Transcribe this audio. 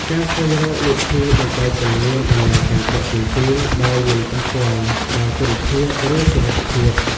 ការស្វែងរកវិធីដើម្បីពន្លឿនដំណើរការដឹកជញ្ជូន ដោយមិនប៉ះពាល់ដល់គុណភាព ឬសុវត្ថិភាព។